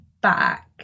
back